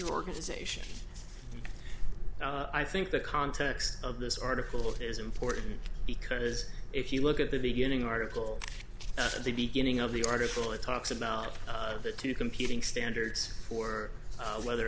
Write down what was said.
organization i think the context of this article is important because if you look at the beginning article at the beginning of the article it talks about the two competing standards or whether